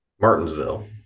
Martinsville